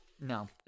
No